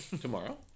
Tomorrow